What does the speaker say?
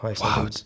Wow